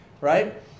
right